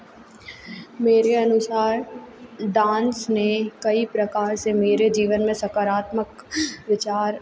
मेरे अनुसार डांस ने कई प्रकार से मेरे जीवन में सकारात्मक विचार